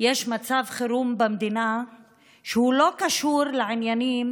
שיש מצב חירום במדינה שהוא לא קשור לעניינים